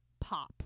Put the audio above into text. pop